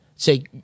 say